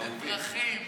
דבר אליי בפרחים,